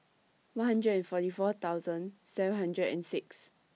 one hundred forty four thousand seven hundred and six